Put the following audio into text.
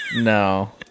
No